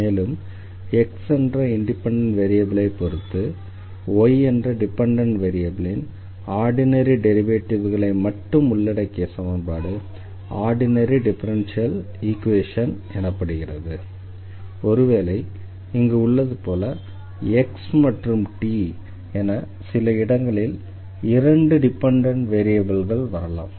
மேலும் x என்ற independent வேரியபிளை பொறுத்து y என்ற டிபெண்டண்ட் வேரியபிளின் ஆர்டினரி டெரிவேட்டிவ்களை மட்டும் உள்ளடக்கிய சமன்பாடு ஆர்டினரி டிஃபரன்ஷியல் ஈக்வேஷன் எனப்படுகிறது ஒருவேளை இங்கு உள்ளது போல x மற்றும் t என சில இடங்களில் இரண்டு இண்டிபெண்டண்ட் வேரியபிள்கள் வரலாம்